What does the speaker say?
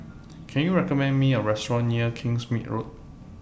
Can YOU recommend Me A Restaurant near Kingsmead Road